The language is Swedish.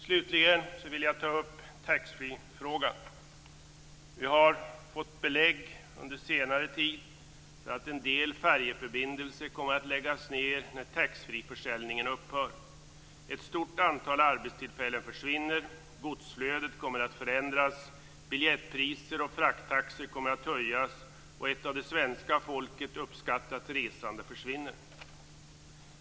Slutligen vill jag ta upp taxfreefrågan. Under senare tid har vi fått belägg för att en del färjeförbindelser kommer att läggas ned när taxfreeförsäljningen upphör. Ett stort antal arbetstillfällen försvinner, godsflödet kommer att förändras, biljettpriser och frakttaxor kommer att höjas och ett av det svenska folket uppskattat resande försvinner.